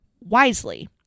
wisely